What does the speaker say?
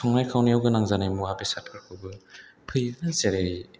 संनाय खावनायाव गोनां जानाय मुवा बेसादफोरखौबो होयो जेरै